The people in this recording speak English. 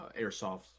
Airsoft